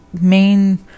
Main